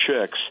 chicks